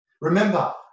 Remember